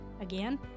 Again